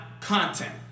Content